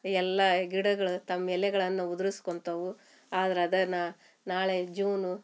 ಎಲ್ಲ ಗಿಡಗಳು ತಮ್ಮ ಎಲೆಗಳನ್ನ ಉದುರಿಸ್ಕೊಂತವು ಆದ್ರ ಅದೇನಾ ನಾಳೆ ಜೂನು